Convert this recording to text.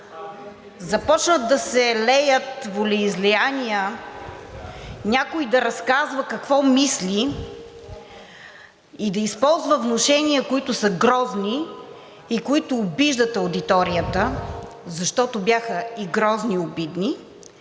започнат да се леят волеизлияния – някой да разказва какво мисли и да използва внушения, които са грозни и които обиждат аудиторията, защото бяха и грозни, и обидни,